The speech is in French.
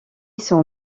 son